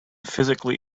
physically